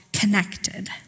connected